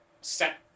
set